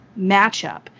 matchup